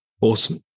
Awesome